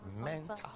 mental